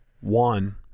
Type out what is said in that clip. one